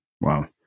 Wow